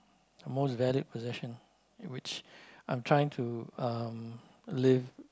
most valued possession which I'm trying to um leave